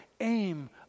aim